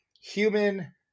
human